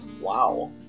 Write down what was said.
Wow